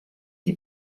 die